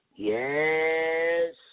Yes